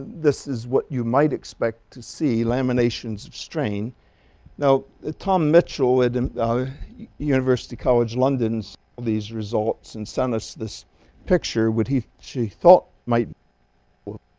this is what you might expect to see laminations of strain now ah tom mitchell in university college london are these results and sent us this picture would he she thought might what